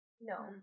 No